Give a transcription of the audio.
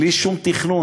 בלי שום תכנון.